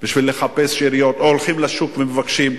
בשביל לחפש שאריות או הולכים לשוק ומבקשים,